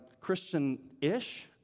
Christian-ish